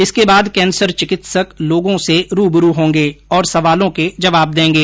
इसके बाद कैंसर चिकित्सक लोगों से रूबरू होंगे और सवालों के जवाब देंगे